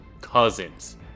Cousins